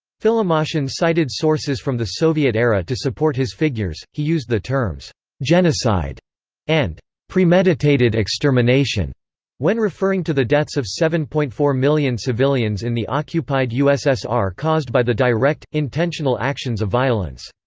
philimoshin cited sources from the soviet era to support his figures, he used the terms genocide and premeditated extermination when referring to the deaths of seven point four million civilians in the occupied ussr caused by the direct, intentional actions of violence.